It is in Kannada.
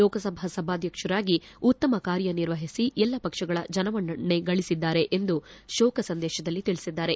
ಲೋಕಸಭಾ ಸಭಾಧ್ಯಕ್ಷರಾಗಿ ಉತ್ತಮ ಕಾರ್ದನಿರ್ವಹಿಸಿ ಎಲ್ಲ ಪಕ್ಷಗಳ ಜನಮನ್ನಣೆಗಳಿಸಿದ್ದಾರೆ ಎಂದು ಶೋಕ ಸಂದೇತದಲ್ಲಿ ತಿಳಿಸಿದ್ದಾರೆ